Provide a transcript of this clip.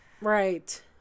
Right